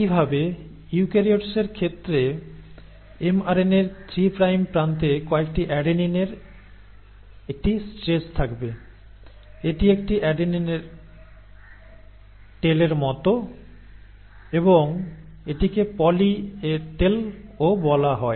একইভাবে ইউক্যারিওটসের ক্ষেত্রে এমআরএনএর 3 প্রাইম প্রান্তে কয়েকটি অ্যাডেনিন এর একটি স্ট্রেচ থাকবে এটি একটি অ্যাডেনিন টেলের মতো এবং একে পলি এ টেল ও বলা হয়